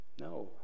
No